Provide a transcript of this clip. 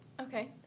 Okay